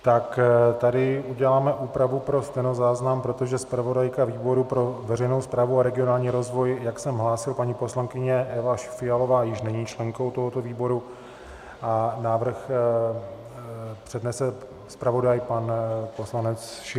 Tak tady uděláme úpravu pro stenozáznam, protože zpravodajka výboru pro veřejnou správu a regionální rozvoj, jak jsem hlásil, paní poslankyně Eva Fialová, už není členkou tohoto výboru a návrh přednese zpravodaj pan poslanec Schiller.